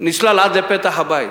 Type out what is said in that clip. נסלל עד לפתח הבית.